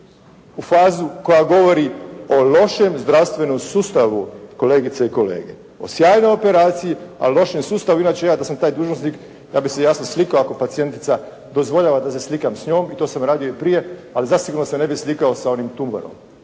u fazu koja govori o lošem zdravstvenom sustavu kolegice i kolege. O sjajnoj operaciji, a lošem sustavu. Inače ja da sam taj dužnosnik ja bih se jasno slikao ako pacijentica dozvoljava da se slikam s njom i to sam radio i prije ali zasigurno se ne bih slikao sa onim tumorom.